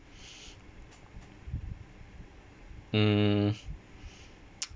mm